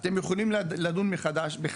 אתם יכולים לדון מחדש בנושא.